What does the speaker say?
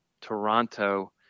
Toronto